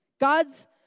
God's